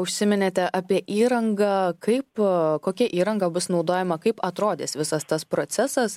užsiminėte apie įrangą kaip kokia įranga bus naudojama kaip atrodys visas tas procesas